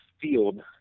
field